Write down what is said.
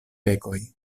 pekoj